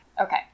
Okay